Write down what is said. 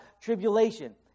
tribulation